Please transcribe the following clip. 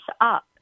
up